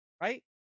right